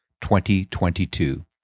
2022